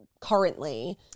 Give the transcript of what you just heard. currently